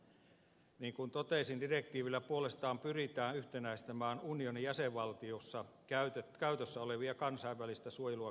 niin kuin totesin direktiivillä puolestaan pyritään yhtenäistämään unionin jäsenvaltioissa käytössä olevia kansainvälistä suojelua koskevia menettelyjä